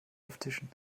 auftischen